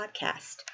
podcast